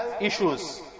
issues